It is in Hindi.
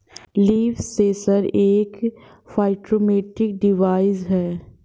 लीफ सेंसर एक फाइटोमेट्रिक डिवाइस है